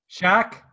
Shaq